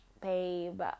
babe